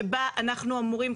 שבה אנחנו אמורים,